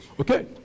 Okay